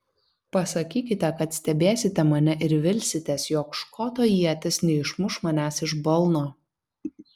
pasakykite kad stebėsite mane ir vilsitės jog škoto ietis neišmuš manęs iš balno